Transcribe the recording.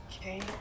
Okay